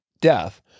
death